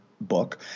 book